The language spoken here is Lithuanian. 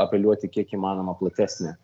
apeliuoti kiek įmanoma platesnę